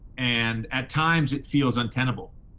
and at times it feels untenable.